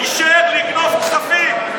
ואישר לגנוב כספים,